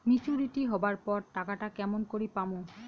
Maturity হবার পর টাকাটা কেমন করি পামু?